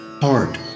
heart